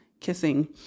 kissing